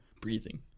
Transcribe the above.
breathing